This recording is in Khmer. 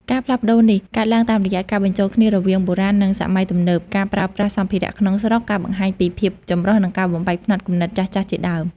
ការផ្លាស់ប្តូរនេះកើតឡើងតាមរយៈ ការបញ្ចូលគ្នារវាងបុរាណ និងសម័យទំនើប ការប្រើប្រាស់សម្ភារៈក្នុងស្រុក ការបង្ហាញពីភាពចម្រុះ និងការបំបែកផ្នត់គំនិតចាស់ៗ ជាដើម។